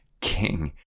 king